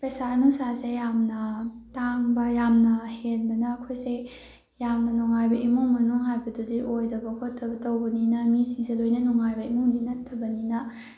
ꯄꯩꯁꯥ ꯅꯨꯡꯁꯥꯁꯦ ꯌꯥꯝꯅ ꯇꯥꯡꯕ ꯌꯥꯝꯅ ꯍꯦꯟꯕꯅ ꯑꯩꯈꯣꯏꯁꯦ ꯌꯥꯝꯅ ꯅꯨꯡꯉꯥꯏꯕ ꯏꯃꯨꯡ ꯃꯅꯨꯡ ꯍꯥꯏꯕꯗꯨꯗꯤ ꯑꯣꯏꯗꯕ ꯈꯣꯠꯇꯕ ꯇꯧꯕꯅꯤꯅ ꯃꯤꯁꯤꯡꯁꯦ ꯂꯣꯏꯅ ꯅꯨꯡꯉꯥꯏꯕ ꯏꯃꯨꯡꯗꯤ ꯅꯠꯇꯕꯅꯤꯅ